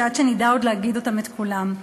עד שנדע להגיד את כולם.